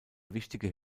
wichtige